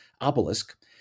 obelisk